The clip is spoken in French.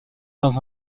dans